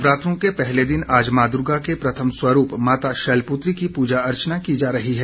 नवरात्रों के पहले दिन आज मां दुर्गा के प्रथम स्वरूप माता शैलपुत्री की पूजा अर्चना की जा रही है